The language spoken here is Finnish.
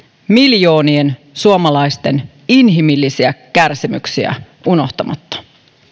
miljoonien suomalaisten inhimillisiä kärsimyksiä unohtamatta